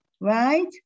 right